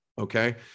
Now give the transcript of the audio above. Okay